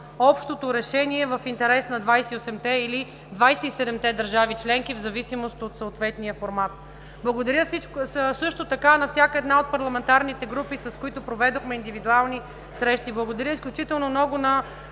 общото решение в интерес на 28-те или 27-те държави членки, в зависимост от съответния формат. Благодаря също така на всяка една от парламентарните групи, с които проведохме индивидуални срещи. Благодаря изключително много на